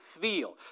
feel